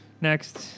Next